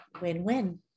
win-win